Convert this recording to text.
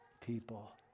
people